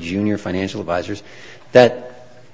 junior financial advisors that